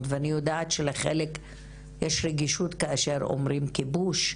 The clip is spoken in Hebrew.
ואני יודעת שלחלק יש רגישות כאשר אומרים כיבוש,